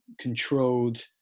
controlled